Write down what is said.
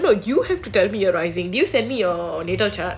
I don't know you have to tell me your rising have you sent me your nato chart